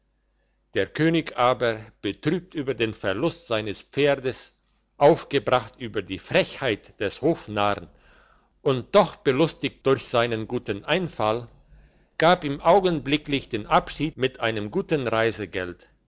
der könig aber betrübt über den verlust seines pferdes aufgebracht über die frechheit des hofnarren und doch belustigt durch seinen guten einfall gab ihm augenblicklich den abschied mit einem guten